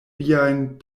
viajn